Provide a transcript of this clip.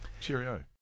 Cheerio